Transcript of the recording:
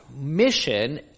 mission